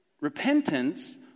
repentance